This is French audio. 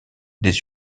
des